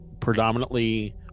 predominantly